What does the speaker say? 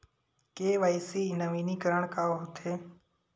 KYC नवीनीकरण का होथे?